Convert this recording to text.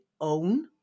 own